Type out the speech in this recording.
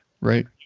right